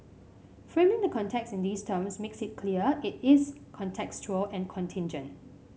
framing the context in these terms makes it clear it is contextual and contingent